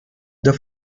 the